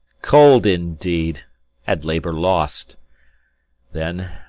cold indeed and labour lost then,